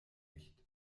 nicht